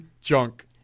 junk